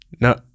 no